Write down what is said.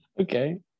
Okay